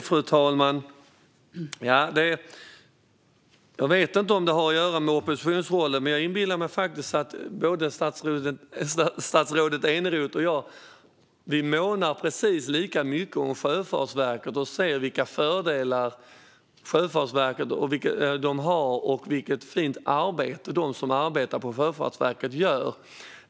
Fru talman! Jag vet inte om det har med oppositionsrollen att göra, men jag inbillar mig att statsrådet Eneroth och jag månar precis lika mycket om Sjöfartsverket. Vi ser fördelarna och vilket fint arbete de som arbetar där gör.